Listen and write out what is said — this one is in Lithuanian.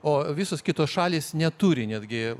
o visos kitos šalys neturi netgi